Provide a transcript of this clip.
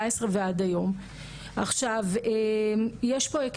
הוזכר פה אינוס וירטואלי, אני מחדדת.